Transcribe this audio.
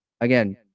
again